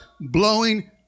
blowing